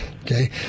Okay